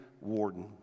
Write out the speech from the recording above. warden